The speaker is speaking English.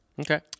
okay